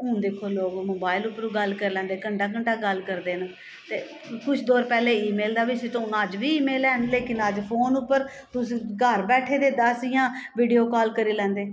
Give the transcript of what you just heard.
हून दिक्खो लोग मोबाइल उप्परू गल्ल करी लैंदे घंटा घंटा गल्ल करदे न ते कुछ दौर पैह्लें ई मेल दा बी सिस्टम होना अज्ज बी ई मेल हैन लेकिन अज्ज फोन उप्पर तुस घर बैठे दे दस जां वीडियो कॉल करी लैंदे